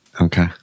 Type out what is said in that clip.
Okay